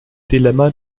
dilemma